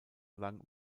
lang